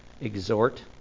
exhort